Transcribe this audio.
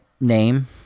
name